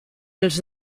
els